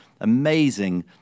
amazing